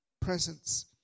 presence